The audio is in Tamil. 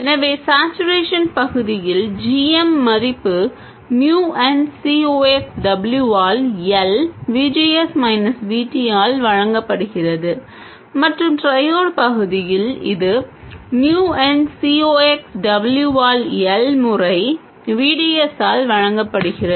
எனவே சேட்சுரேஷன் பகுதியில் g m மதிப்பு mu n C ox W ஆல் L V G S minus V T ஆல் வழங்கப்படுகிறது மற்றும் ட்ரையோட் பகுதியில் இது mu n C ox W ஆல் L முறை VD S ஆல் வழங்கப்படுகிறது